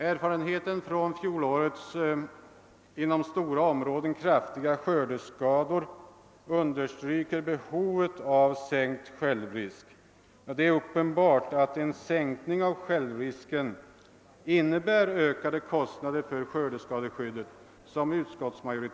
Erfarenheten från fjolårets inom stora områden kraftiga skördeskador understryker behovet av sänkt självrisk. Som utskottsmajoriteten konstaterat är det uppenbart att en sänkning av självrisken innebär ökade kostnader för skördeskadeskyddet.